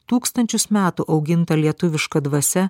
tūkstančius metų auginta lietuviška dvasia